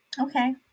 Okay